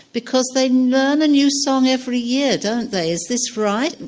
because they learn a new song every year, don't they, is this right,